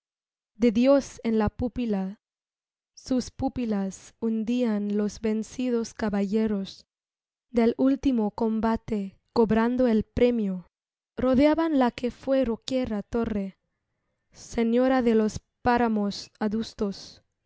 de dios en la pupila sus pupilas hundían los vencidos caballeros del último combate cobrando el premio rodeaban la que fué roquera torre señora de los páramos adustos